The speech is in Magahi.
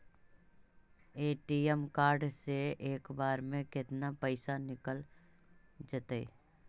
ए.टी.एम कार्ड से एक बार में केतना पैसा निकल जइतै?